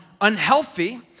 unhealthy